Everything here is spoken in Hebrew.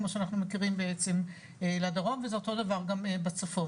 כמו שאנחנו מכירים בעצם לדרום וזה אותו דבר גם בצפון,